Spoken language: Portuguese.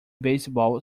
beisebol